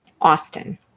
Austin